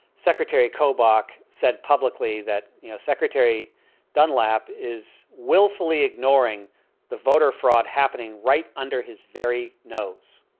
secretary kobuk said publicly that you know secretary dunlap is willfully ignoring the voter fraud happening right under his very nose.